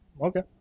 Okay